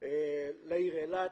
לעיר אילת,